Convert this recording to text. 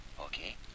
Okay